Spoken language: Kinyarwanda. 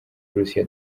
borussia